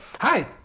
hi